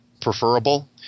preferable